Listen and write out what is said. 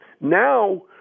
Now